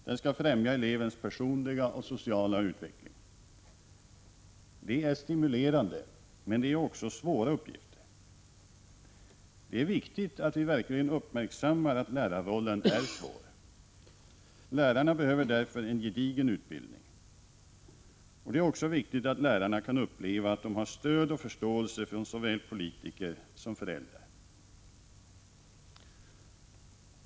Den skall främja elevens personliga och sociala utveckling. Det är stimulerande men också svåra uppgifter. Det är viktigt att vi verkligen uppmärksammar att lärarrollen är svår. Lärarna behöver därför en gedigen utbildning. Det är också viktigt att lärarna kan uppleva att de har stöd och förståelse från såväl politiker som föräldrar.